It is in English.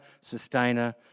sustainer